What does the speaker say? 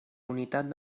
unitat